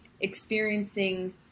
experiencing